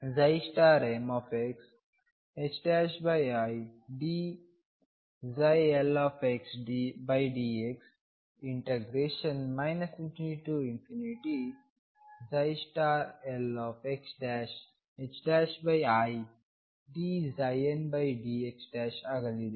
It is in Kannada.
p2ಬಗ್ಗೆ ಏನು ನೋಡೋಣ pmn2 ∞mxi dldx ∞lxidndxಆಗಲಿದೆ